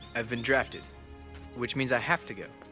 i've been drafted which means i have to go,